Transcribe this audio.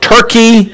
Turkey